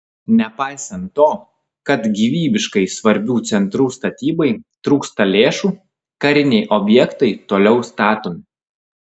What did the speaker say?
nepaisant to kad gyvybiškai svarbių centrų statybai trūksta lėšų kariniai objektai toliau statomi